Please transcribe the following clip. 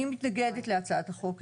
אני מתנגדת להצעת החוק.